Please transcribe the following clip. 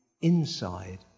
inside